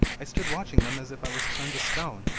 i stood watching them as if i was turned to stone,